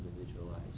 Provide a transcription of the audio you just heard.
individualized